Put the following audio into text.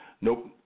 Nope